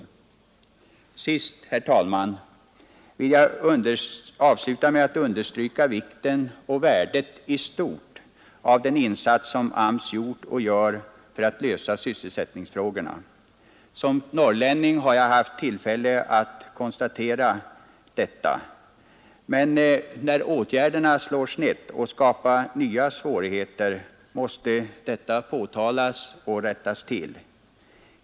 Sist, herr talman, vill jag understryka vikten och värdet i stort av den insats som AMS gjort och gör för att lösa sysselsättningsfrågorna. Som norrlänning har jag haft tillfälle att konstatera detta. Men när åtgärderna slår snett och skapar nya svårigheter måste detta påtalas och rättas till.